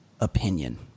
opinion